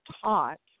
taught